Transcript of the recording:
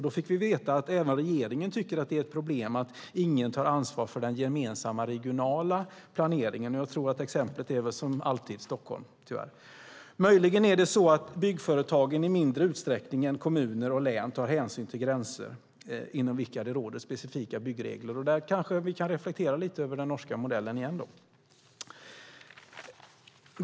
Då fick vi veta att även regeringen tycker att det är ett problem att ingen tar ansvar för den gemensamma regionala planeringen. Jag tror att exemplet som alltid är Stockholm, tyvärr. Möjligen är det så att byggföretagen i mindre utsträckning än kommuner och län tar hänsyn till gränser inom vilka det råder specifika byggregler. Där kanske vi kan reflektera lite över den norska modellen igen.